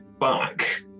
back